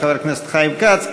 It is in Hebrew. של חבר הכנסת חיים כץ,